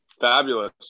Fabulous